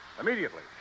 Immediately